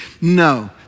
No